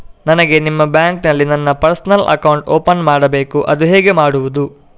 ನನಗೆ ನಿಮ್ಮ ಬ್ಯಾಂಕಿನಲ್ಲಿ ನನ್ನ ಪರ್ಸನಲ್ ಅಕೌಂಟ್ ಓಪನ್ ಮಾಡಬೇಕು ಅದು ಹೇಗೆ ಮಾಡುವುದು?